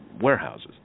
warehouses